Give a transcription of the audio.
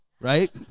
right